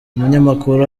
umunyamakuru